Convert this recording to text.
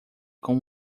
com